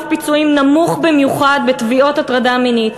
פיצויים נמוך במיוחד בתביעות הטרדה מינית.